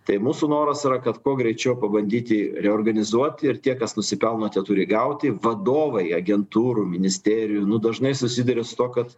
tai mūsų noras yra kad kuo greičiau pabandyti reorganizuot ir tie kas nusipelno tie turi gauti vadovai agentūrų ministerijų nu dažnai susiduria su tuo kad